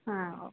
ಹಾಂ ಓಕ್